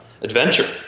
adventure